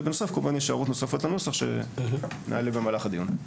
ובנוסף כמובן יש הערות נוספות לנוסח שנעלה במהלך הדיון.